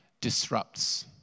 disrupts